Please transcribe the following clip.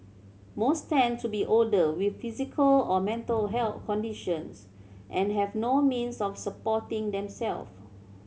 most tend to be older with physical or mental health conditions and have no means of supporting themselves